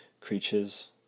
creatures